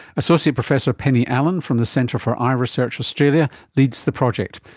associate professor penny allen from the centre for eye research australia leads the project,